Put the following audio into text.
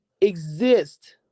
exist